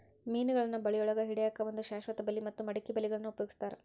ಮೇನಗಳನ್ನ ಬಳಿಯೊಳಗ ಹಿಡ್ಯಾಕ್ ಒಂದು ಶಾಶ್ವತ ಬಲಿ ಮತ್ತ ಮಡಕಿ ಬಲಿಗಳನ್ನ ಉಪಯೋಗಸ್ತಾರ